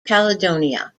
caledonia